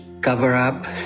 cover-up